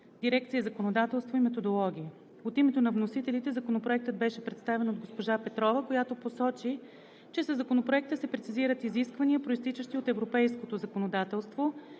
дирекция „Законодателство и методология“. От името на вносителите Законопроектът беше представен от госпожа Петрова, която посочи, че със Законопроекта се прецизират изисквания, произтичащи от европейското законодателство